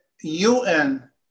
UN